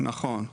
נכון.